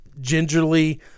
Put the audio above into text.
gingerly